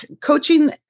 coaching